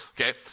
Okay